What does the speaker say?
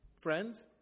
Friends